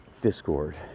discord